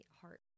heart